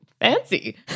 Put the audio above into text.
fancy